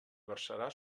versarà